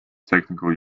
technical